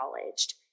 acknowledged